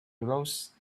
rose